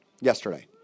yesterday